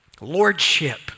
Lordship